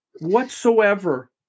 whatsoever